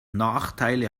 nachteile